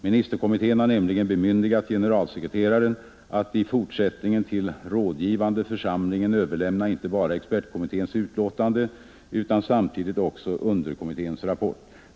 Ministerkommittén har nämligen bemyndigat generalsekreteraren att i fortsättningen till rådgivande församlingen överlämna inte bara expertkommitténs utlåtande utan samtidigt också underkommitténs rapport.